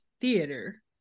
theater